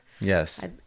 Yes